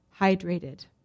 hydrated